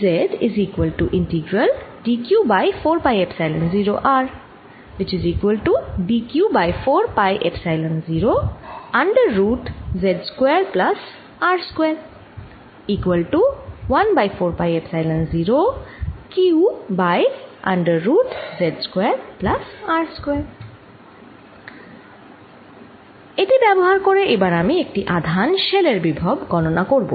এটি ব্যবহার করে এবার আমি একটি আধান শেল এর বিভব গণনা করব